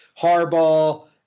Harbaugh